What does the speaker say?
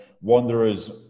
Wanderers